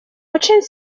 очень